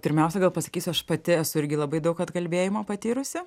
pirmiausia gal pasakysiu aš pati esu irgi labai daug atkalbėjimo patyrusi